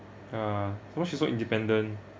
ya some more she's so independent